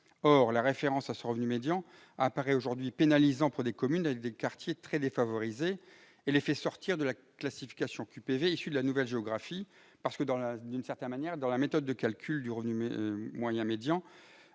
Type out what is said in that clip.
Or la référence à ce revenu médian apparaît aujourd'hui pénalisante pour des communes avec des quartiers très défavorisés et les fait sortir de la classification QPV issue de la nouvelle géographie. En effet, d'une certaine manière, des méthodes de calcul du revenu moyen médian